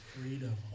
Freedom